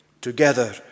together